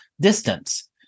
distance